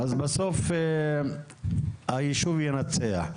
בסוף היישוב ינצח.